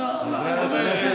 עזוב.